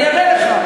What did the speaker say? אני אראה לך.